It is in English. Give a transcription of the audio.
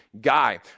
guy